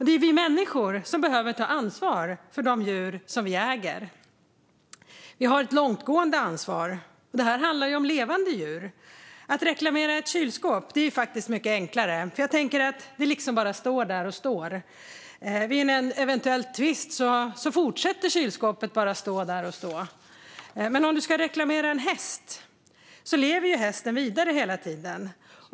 Det är vi människor som behöver ta ansvar för de djur som vi äger. Vi har ett långtgående ansvar. Detta handlar om levande djur. Att reklamera ett kylskåp är faktiskt mycket enklare. Det står bara där det står. Vid en eventuell tvist fortsätter kylskåpet att stå där det står. Men om man ska reklamera en häst lever hästen vidare hela tiden.